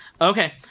Okay